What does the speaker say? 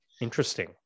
interesting